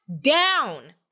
down